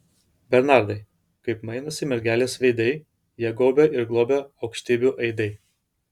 bernardai kaip mainosi mergelės veidai ją gaubia ir globia aukštybių aidai